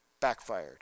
backfired